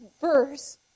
verse